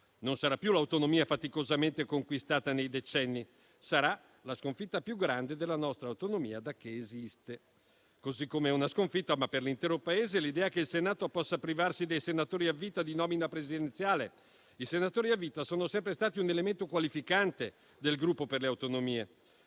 Non sarà più l'autonomia faticosamente conquistata nei decenni: sarà la sconfitta più grande della nostra autonomia da che esiste. Così come è una sconfitta, ma per l'intero Paese, l'idea che il Senato possa privarsi dei senatori a vita di nomina presidenziale. I senatori a vita sono sempre stati un elemento qualificante del Gruppo per le Autonomie.